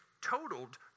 totaled